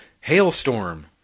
Hailstorm